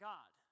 God